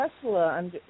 Tesla